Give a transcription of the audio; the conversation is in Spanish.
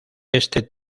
este